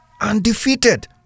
undefeated